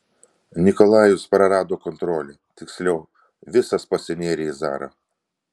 nikolajus prarado kontrolę tiksliau visas pasinėrė į zarą